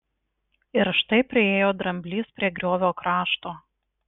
ir štai priėjo dramblys prie griovio krašto